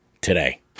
today